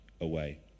away